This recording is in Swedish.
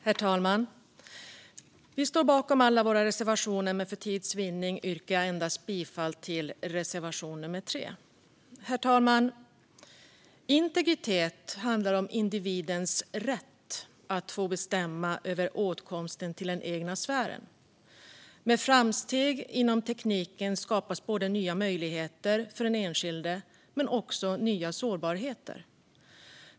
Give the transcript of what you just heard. Herr talman! Vi står bakom alla våra reservationer, men för tids vinnande yrkar jag bifall endast till reservation 3. Herr talman! Integritet handlar om individens rätt att få bestämma över åtkomsten till den egna sfären. Med framsteg inom tekniken skapas nya möjligheter för den enskilde men också nya sårbarheter.